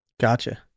gotcha